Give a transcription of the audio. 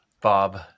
Bob